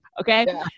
Okay